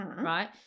right